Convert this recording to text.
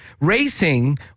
Racing